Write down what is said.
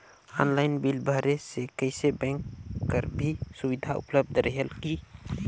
Online bill भरे से कइसे बैंक कर भी सुविधा उपलब्ध रेहेल की?